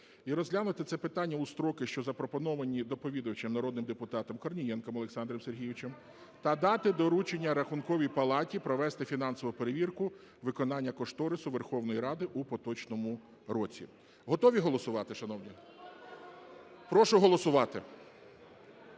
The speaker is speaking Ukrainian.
і розглянути це питання у строки, що запропоновані доповідачем народним депутатом Корнієнком Олександром Сергійовичем, та дати доручення Рахунковій палати провести фінансову перевірку виконання кошторису Верховної Ради у поточному році. Готові голосувати, шановні? Прошу голосувати.